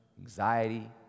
anxiety